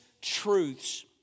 truths